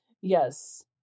Yes